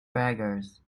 braggers